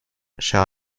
chère